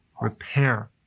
repair